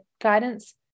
guidance